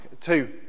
two